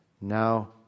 Now